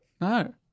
No